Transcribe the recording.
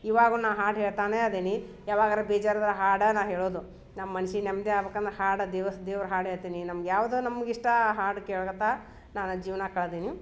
ಇವಾಗುನ ನಾ ಹಾಡು ಹೇಳ್ತಾನೆ ಅದಿನಿ ಯಾವಾಗರು ಬೇಜಾರದ ಹಾಡಾ ನಾ ಹೇಳೋದು ನಮ್ಮ ಮನ್ಸಿಗೆ ನೆಮ್ಮದಿ ಆಗಬೇಕಂದ್ರ ಹಾಡು ದೇವ್ಸ್ ದೇವ್ರ ಹಾಡು ಹೇಳ್ತೀನಿ ನಮ್ಗ ಯಾವ್ದು ನಮ್ಗ ಇಷ್ಟ ಆ ಹಾಡು ಕೇಳ್ಕೊತಾ ನಾನು ಜೀವನ ಕಳ್ದೀನಿ